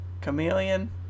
Chameleon